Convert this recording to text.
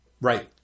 right